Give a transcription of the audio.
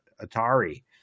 Atari